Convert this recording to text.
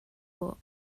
fork